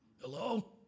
Hello